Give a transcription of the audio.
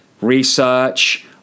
research